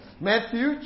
Matthew